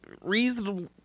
reasonable